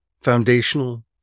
Foundational